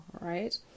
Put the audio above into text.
right